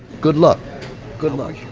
good luck good luck.